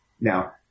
now